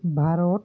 Bharat